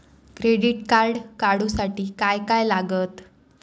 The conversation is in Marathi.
क्रेडिट कार्ड काढूसाठी काय काय लागत?